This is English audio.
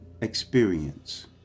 experience